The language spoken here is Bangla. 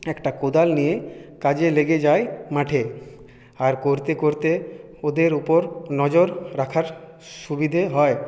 একটা কোদাল নিয়ে কাজে লেগে যায় মাঠে আর করতে করতে ওদের উপর নজর রাখার সুবিদে হয়